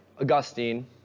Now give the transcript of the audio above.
Augustine